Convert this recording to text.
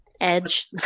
Edge